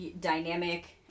dynamic